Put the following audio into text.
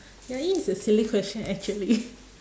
ya it is a silly question actually